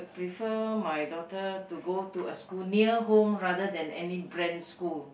prefer my daughter to go to a school near home rather than any brand school